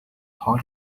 hot